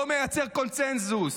לא מייצר קונסנזוס,